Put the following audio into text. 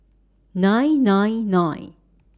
nine nine nine